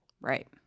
Right